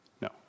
No